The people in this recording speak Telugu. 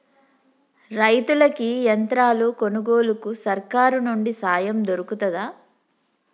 రైతులకి యంత్రాలు కొనుగోలుకు సర్కారు నుండి సాయం దొరుకుతదా?